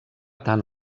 tant